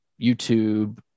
YouTube